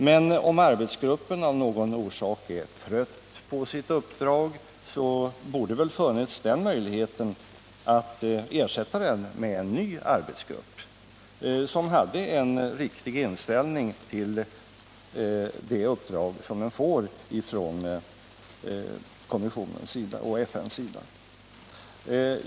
Men om arbetsgruppen av någon orsak är trött på sitt uppdrag, borde väl den möjligheten ha funnits att ersätta den med en ny arbetsgrupp, som hade en riktig inställning till det uppdrag som den får från kommissionen och FN.